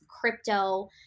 crypto